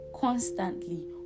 constantly